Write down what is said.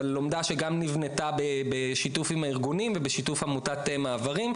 אבל לומדה שגם נבנתה בשיתוף עם הארגונים ובשיתוף עמותת מעברים,